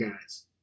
guys